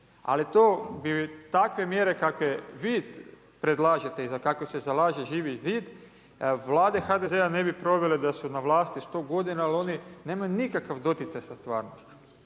Ali, to bi takve mjere, kakve pri predlažete i za kakve se zalaže Živi zid, Vlade HDZ-a ne bi provele da su na vlasti 100 g. jer oni nemaju nikakav doticaj sa stvarnošću.